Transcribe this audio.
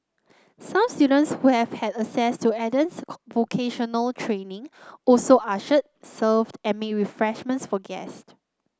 some students who have had access to Eden's vocational training also ushered served and made refreshment for guest